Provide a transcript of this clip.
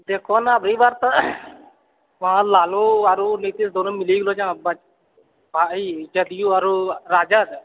देखहुँ ने अभी बार तऽ वहाँ लालू आरो नीतीश दुनू मिलही गेलो जहाँ आब आ ई जदयू आओर राजद